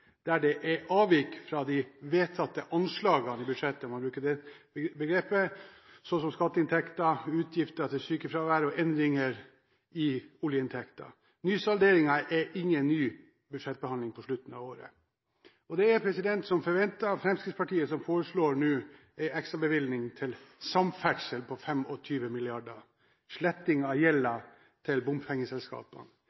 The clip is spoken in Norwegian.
der det er avvik fra de vedtatte anslagene i budsjettet, for å bruke det begrepet, så som skatteinntekter, utgifter til sykefravær og endringer i oljeinntektene. Nysalderingen er ingen ny budsjettbehandling på slutten av året. Det er som forventet Fremskrittspartiet som foreslår en ekstrabevilgning til samferdsel på 25 mrd. kr, til sletting av